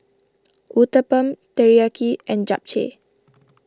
Uthapam Teriyaki and Japchae